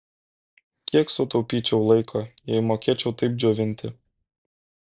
kiek sutaupyčiau laiko jei mokėčiau taip džiovinti